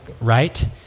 right